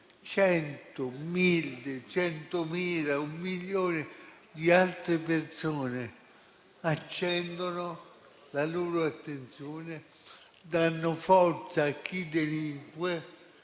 cento, mille, centomila o un milione di altre persone accendono la loro attenzione e danno forza a chi delinque